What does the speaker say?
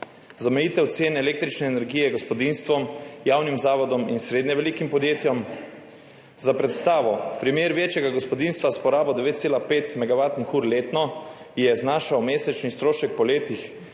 zamejitev cen električne energije gospodinjstvom, javnim zavodom in srednje velikim podjetjem. Za predstavo. Primer večjega gospodinjstva s porabo 9,5 megavatne ure letno, mesečni strošek je